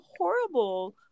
horrible